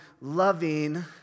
loving